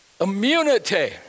Immunity